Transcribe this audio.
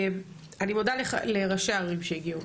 אני מודה לראשי הערים שהגיעו,